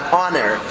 honor